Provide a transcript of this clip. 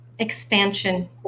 Expansion